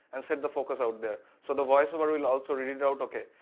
and set the focus out there. so the voiceover will also read and out, okay,